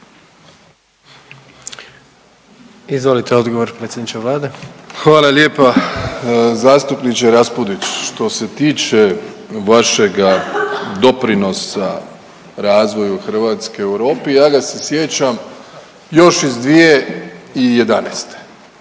Izvolite odgovor predsjedniče Vlade. **Plenković, Andrej (HDZ)** Hvala lijepa zastupniče Raspudić. Što se tiče vašega doprinosa razvoju Hrvatske u Europi ja ga se sjećam još iz 2011.,